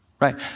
Right